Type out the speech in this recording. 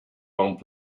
long